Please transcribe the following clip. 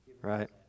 Right